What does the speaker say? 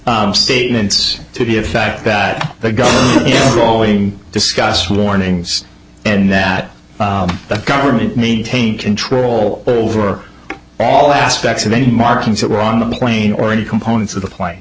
are statements to be a fact that the guy is going to discuss warnings and that the government maintain control over all aspects of any markings that were on the plane or any components of the plane